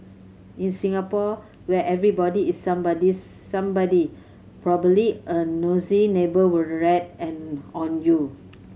in Singapore where everybody is somebody's somebody probably a nosy neighbour will rat and on you